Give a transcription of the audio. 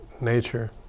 nature